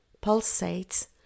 pulsates